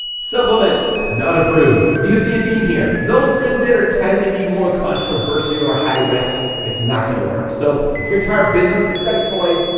supplements not approved, do you see a theme here those things that are tend to be more controversial or high risk? it's not gonna work so if your entire business is sex toys,